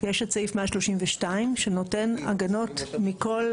יש את סעיף 132 שנותן הגנות מכל,